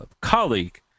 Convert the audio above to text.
colleague